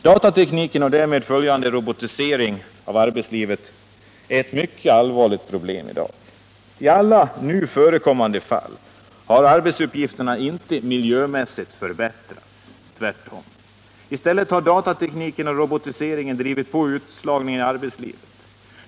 Datatekniken och därmed följande robotisering av arbetslivet är ett mycket allvarligt problem i dag. I alla nu förekommande fall har arbetsuppgifterna inte miljömässigt förbättrats. I stället har datatekniken och robotiseringen drivit på utslagningen i arbetslivet.